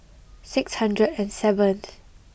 six hundred and seventh